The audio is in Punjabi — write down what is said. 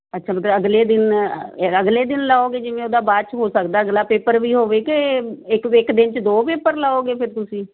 ਅੱਛਾ ਮਤਲਬ ਅਗਲੇ ਦਿਨ ਅਗਲੇ ਦਿਨ ਲਓਗੇ ਜਿਵੇਂ ਉਹਦਾ ਬਾਅਦ 'ਚ ਹੋ ਸਕਦਾ ਅਗਲਾ ਪੇਪਰ ਵੀ ਹੋਵੇ ਕਿ ਇੱਕ ਇੱਕ ਦਿਨ 'ਚ ਦੋ ਪੇਪਰ ਲਓਗੇ ਫਿਰ ਤੁਸੀਂ